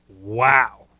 Wow